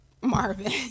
Marvin